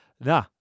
nah